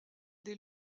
des